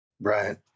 Brian